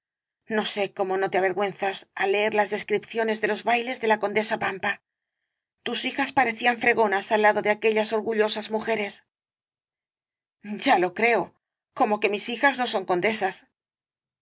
no sé como no te avergüenzas al leer las descripciones de los bailes de la condesa pampa tus hijas parecían fregonas al lado de aquellas orgullosas mujeres ya lo creo como que mis hijas no son condesas